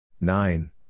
nine